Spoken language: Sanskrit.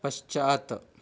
पश्चात्